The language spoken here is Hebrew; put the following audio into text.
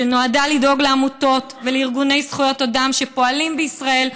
שנועד לדאוג לעמותות ולארגוני זכויות אדם שפועלים בישראל,